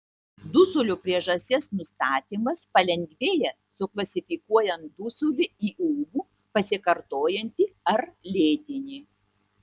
dusulio priežasties nustatymas palengvėja suklasifikuojant dusulį į ūmų pasikartojantį ar lėtinį